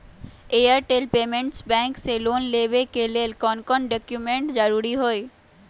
Airtel payments bank से loan लेवे के ले कौन कौन डॉक्यूमेंट जरुरी होइ?